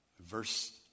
verse